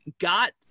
got